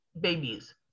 babies